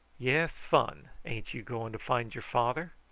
yes, fun. ain't you goin' to find your father?